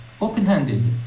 open-handed